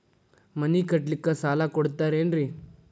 ಮನಿ ಕಟ್ಲಿಕ್ಕ ಸಾಲ ಕೊಡ್ತಾರೇನ್ರಿ?